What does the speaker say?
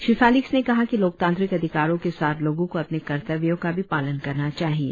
Shri Felix ने कहा कि लोकतांत्रिक अधिकारों के साथ लोगों को अपने कर्तव्यों का भी पालन करना चाहिए